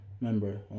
member